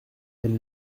elle